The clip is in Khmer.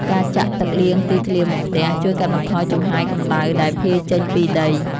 ការចាក់ទឹកលាងទីធ្លាមុខផ្ទះ ជួយកាត់បន្ថយចំហាយកម្ដៅដែលភាយចេញពីដី។